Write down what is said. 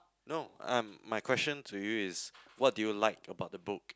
no um my question to you is what do you like about the book